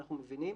אנחנו מבינים